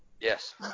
Yes